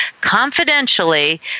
confidentially